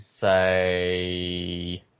say